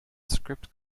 script